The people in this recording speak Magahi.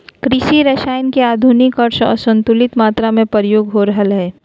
कृषि रसायन के अधिक आर असंतुलित मात्रा में प्रयोग हो रहल हइ